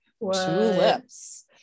Tulips